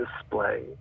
display